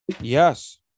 Yes